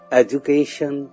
education